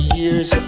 years